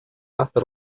hasta